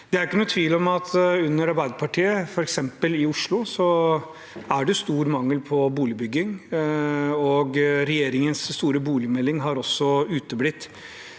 Det er ikke noen tvil om at under Arbeiderpartiet, f.eks. i Oslo, er det stor mangel på boligbygging, og regjeringens store boligmelding har også uteblitt.